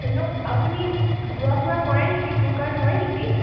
hello আপুনি ঘূৰা ফুৰা কৰে নেকি টুৰ গাইড হয় নেকি